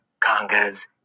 congas